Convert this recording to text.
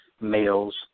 males